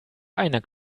einer